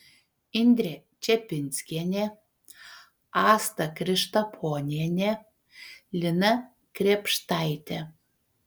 indrė čepinskienė asta krištaponienė lina krėpštaitė